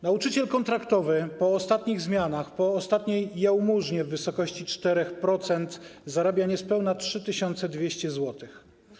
Nauczyciel kontraktowy po ostatnich zmianach, po ostatniej jałmużnie w wysokości 4% zarabia niespełna 3200 zł.